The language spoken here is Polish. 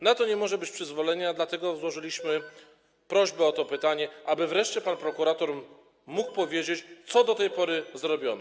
Na to nie może być przyzwolenia, dlatego złożyliśmy prośbę o to pytanie, aby wreszcie pan prokurator mógł powiedzieć, co do tej pory zrobiono.